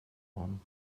warm